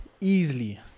easily